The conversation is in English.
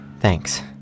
Thanks